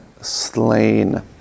slain